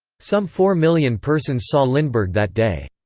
some four million persons saw lindbergh that day.